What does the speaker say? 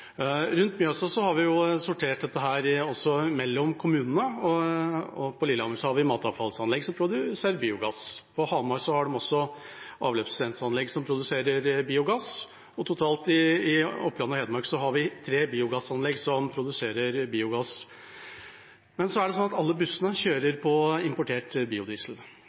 Rundt Mjøsa har vi delt dette også mellom kommunene. På Lillehammer har vi matavfallsanlegg som produserer biogass. På Hamar har de også avløpsrenseanlegg som produserer biogass. Totalt i Oppland og Hedmark har vi tre anlegg som produserer biogass. Men alle bussene kjører på importert biodiesel.